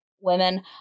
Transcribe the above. women